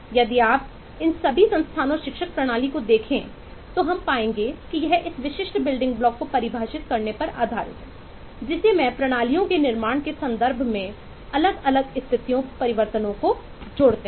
यदि आप इस सभी संस्थानों और शैक्षिक प्रणाली को देखें तो हम पाएंगे कि यह इस विशिष्ट बिल्डिंग ब्लॉक को परिभाषित करने पर आधारित है जिस मैं प्रणालियों के निर्माण के संदर्भ में आप अलग अलग स्थितियों परिवर्तनों को जोड़ते हैं